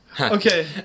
Okay